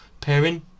pairing